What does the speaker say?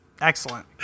excellent